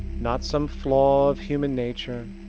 not some flaw of human nature,